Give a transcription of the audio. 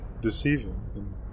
deceiving